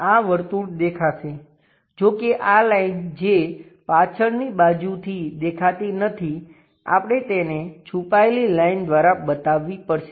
આ વર્તુળ દેખાશે જો કે આ લાઈન જે પાછળની બાજુથી દેખાતી નથી આપણે તેને છુપાયેલી લાઈન દ્વારા બતાવવી પડશે